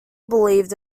believed